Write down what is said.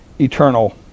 eternal